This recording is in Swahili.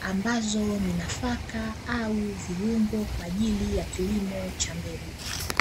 ambazo ni nafaka au viungo kwa ajili ya kilimo cha mbegu.